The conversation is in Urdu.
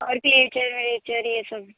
اور کلیچر ولیچر یہ سب